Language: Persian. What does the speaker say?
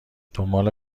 دنبال